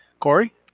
Corey